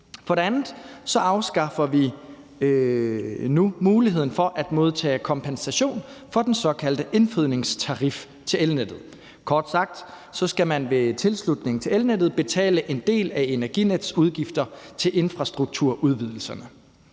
Derudover afskaffer vi nu muligheden for at modtage kompensation for den såkaldte indfødningstarif til elnettet. Kort sagt skal man ved tilslutning til elnettet betale en del af Energinets udgifter til infrastrukturudvidelserne.